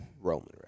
Roman